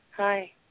Hi